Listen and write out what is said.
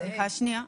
סליחה שנייה.